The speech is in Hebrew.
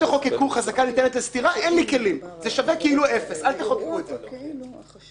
אדוני, לפני ההפסקה דיברנו על כך